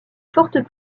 fortes